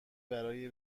برای